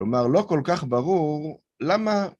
כלומר, לא כל כך ברור למה...